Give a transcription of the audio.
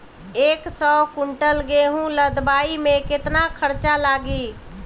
एक सौ कुंटल गेहूं लदवाई में केतना खर्चा लागी?